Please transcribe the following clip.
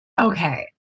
Okay